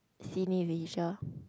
Cineleisure